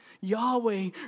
Yahweh